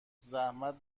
زحمت